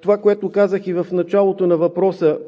това, което казах и в началото на въпроса